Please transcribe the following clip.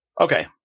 okay